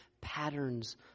patterns